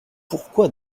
pourquoi